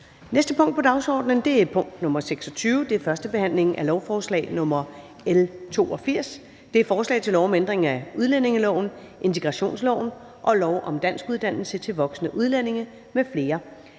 næste punkt på dagsordenen er: 26) 1. behandling af lovforslag nr. L 82: Forslag til lov om ændring af udlændingeloven, integrationsloven og lov om danskuddannelse til voksne udlændinge m.fl.